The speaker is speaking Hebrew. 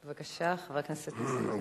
בבקשה, חבר הכנסת זאב.